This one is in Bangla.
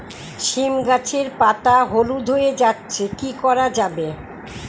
সীম গাছের পাতা হলুদ হয়ে যাচ্ছে কি করা যাবে?